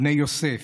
"בני יוסף",